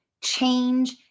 change